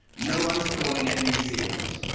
no one's calling it new zealand.